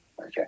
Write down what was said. Okay